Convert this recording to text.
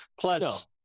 Plus